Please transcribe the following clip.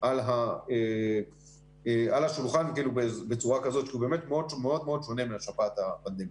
על השולחן בצורה כזאת שהוא באמת מאוד מאוד שונה מהשפעת הפנדמית.